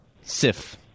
Sif